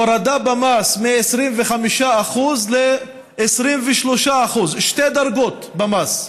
הורדה במס מ-25% ל-23% שתי דרגות במס.